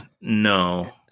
no